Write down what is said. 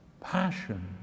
passion